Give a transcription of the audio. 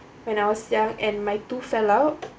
when I was young and my tooth fell out